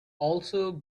also